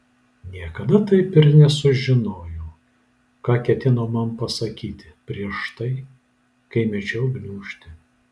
niekada taip ir nesužinojau ką ketino man pasakyti prieš tai kai mečiau gniūžtę